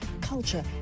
culture